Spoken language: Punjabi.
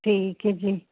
ਠੀਕ ਐ ਜੀ